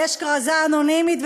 אבל יש כרזה אנונימית,